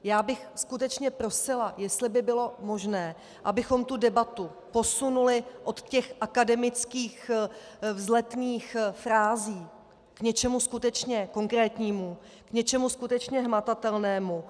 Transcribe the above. Já bych skutečně prosila, jestli by bylo možné, abychom tu debatu posunuli od těch akademických vzletných frází k něčemu skutečně konkrétnímu, k něčemu skutečně hmatatelnému.